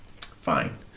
fine